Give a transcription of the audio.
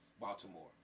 Baltimore